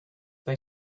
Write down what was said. they